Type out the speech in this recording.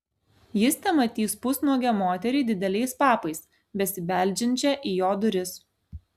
jis tematys pusnuogę moterį dideliais papais besibeldžiančią į jo duris